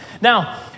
Now